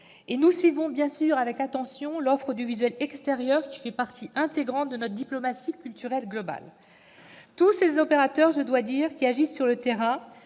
Et nous suivons bien sûr avec attention l'offre audiovisuelle extérieure, qui fait partie intégrante de notre diplomatie culturelle globale. Tous ces opérateurs qui agissent sur le terrain,